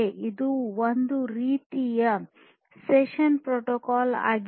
ಇದು ಒಂದು ರೀತಿಯ ಸೆಷನ್ ಪ್ರೋಟೋಕಾಲ್ ಆಗಿದೆ